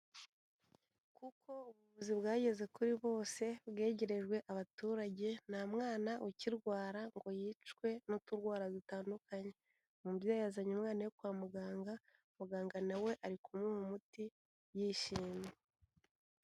Uko ubuvuyobozi bwageze kuri bose, bwegerejwe abaturage nta mwana ukirwara ngo yicwe n'uturwara dutandukanye. Umubyeyi yazanye umwana we kwa muganga, muganga na we ari kumuha umuti yishimye.